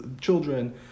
children